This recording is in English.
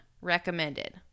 recommended